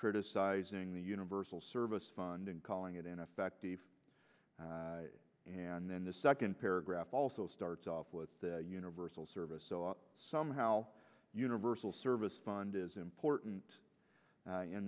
criticising the universal service fund and calling it ineffective and then the second paragraph also starts off with the universal service or somehow universal service fund is important